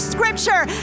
Scripture